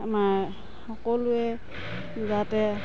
আমাৰ সকলোৱে যাতে